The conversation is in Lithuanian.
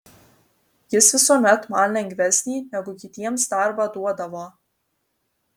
jis visuomet man lengvesnį negu kitiems darbą duodavo